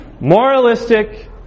Moralistic